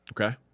Okay